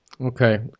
Okay